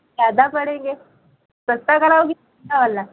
ज्यादा पड़ेंगे सस्ता कराओगी सस्ता वाला